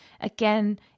again